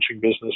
business